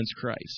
Christ